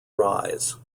rise